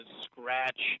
scratch